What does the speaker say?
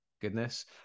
Goodness